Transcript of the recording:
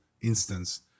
instance